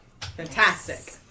Fantastic